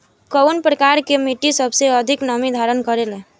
कउन प्रकार के मिट्टी सबसे अधिक नमी धारण करे ले?